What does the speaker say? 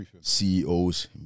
CEOs